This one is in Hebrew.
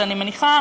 אני מניחה,